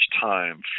time